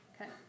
Okay